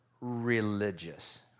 religious